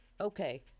Okay